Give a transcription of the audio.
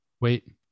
Wait